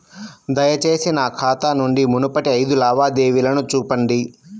దయచేసి నా ఖాతా నుండి మునుపటి ఐదు లావాదేవీలను చూపండి